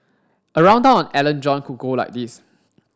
a rundown on Alan John could go like this